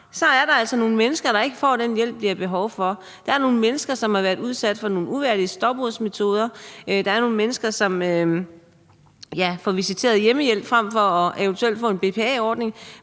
er der altså nogle mennesker, der ikke får den hjælp, de har behov for. Der er nogle mennesker, som har været udsat for nogle uværdige stopursmetoder. Der er nogle mennesker, som bliver visiteret til hjemmehjælp frem for eventuelt at få en BPA-ordning,